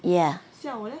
ya